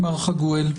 מר חגואל.